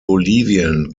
bolivien